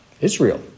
Israel